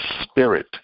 spirit